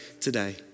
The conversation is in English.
today